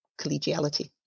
collegiality